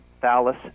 Phallus